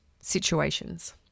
situations